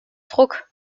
druck